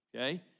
okay